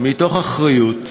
מתוך אחריות,